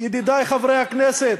ידידי חברי הכנסת,